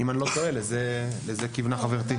אם אני לא טועה, לזה כיוונה חברתי.